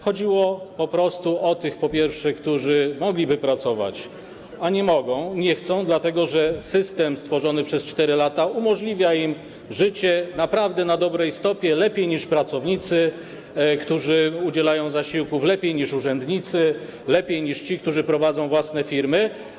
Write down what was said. Chodziło po prostu o tych, po pierwsze, którzy mogliby pracować, a nie mogą, nie chcą, dlatego że system stworzony przez 4 lata umożliwia im życie naprawdę na dobrej stopie, lepiej niż pracownicy, którzy udzielają zasiłków, lepiej niż urzędnicy, lepiej niż ci, którzy prowadzą własne firmy.